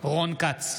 רון כץ,